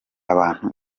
abantu